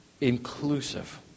inclusive